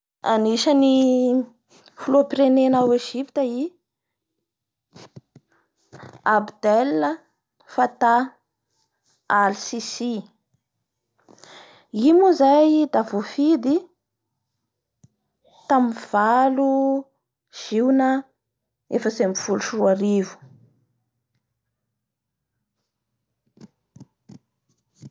Anisan'ny filohampirenena ao Egypte i Abdel Phata Alsisi I moa zay voafidy tamin'ny valo Jiona efatry ambin'ny folo sy roa arivo.